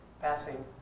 passing